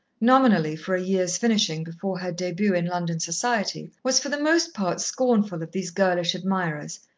nominally for a year's finishing before her debut in london society, was for the most part scornful of these girlish admirers,